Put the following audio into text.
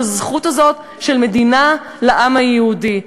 בזכות הזאת של מדינה לעם היהודי.